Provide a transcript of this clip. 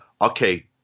okay